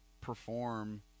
perform